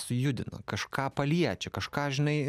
sujudino kažką paliečia kažką žinai